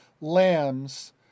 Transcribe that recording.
lambs